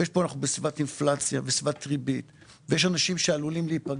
ברור לי שבסביבת אינפלציה ובסביבת ריבית יש אנשים שעלולים להיפגע.